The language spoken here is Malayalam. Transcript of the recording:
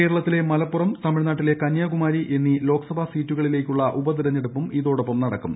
കേരളത്തിലെ മലപ്പുറം തമിഴ്നാട്ടിലെ കന്യാകുമാരി എന്നീ ലോക്സഭാ സീറ്റിലേക്കുള്ള ഉപതെരഞ്ഞെടുപ്പും ഇതോടൊപ്പം നടക്കും